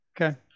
Okay